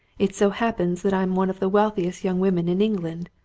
it so happens that i'm one of the wealthiest young women in england.